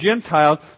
Gentiles